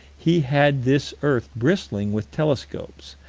he had this earth bristling with telescopes,